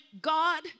God